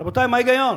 רבותי, מה ההיגיון?